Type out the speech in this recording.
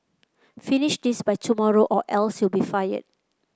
finish this by tomorrow or else you'll be fired